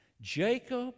Jacob